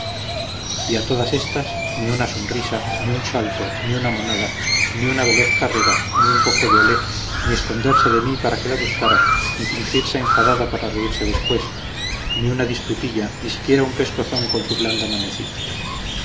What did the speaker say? a todas éstas ni una sonrisa ni un salto ni una monada ni una veloz carrera ni un poco de olé ni esconderse de mí para que la buscara ni fingirse enfadada para reírse después ni una disputilla ni siquiera un pescozón con su blanda manecita